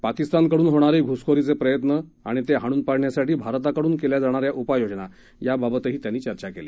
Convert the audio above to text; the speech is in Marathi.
पाकिस्तानकडून होणारे घु्सखोरीचे प्रयत्न आणि ते हाणून पाडण्यासाठी भारताकडून केल्या जाणा या उपाययोजना बाबतही त्यांनी चर्चा केली